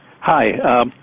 Hi